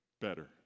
better